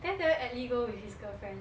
did I tell you atlee go with his girlfriend